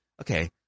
Okay